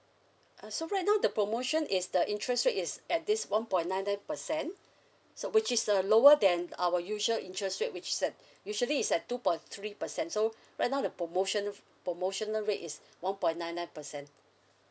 uh so right now the promotion is the interest rate is at this one point nine nine percent so which is the lower than the our usual interest rate which is at usually it's at two point three percent so right now the promotion promotional rate is one point nine nine percent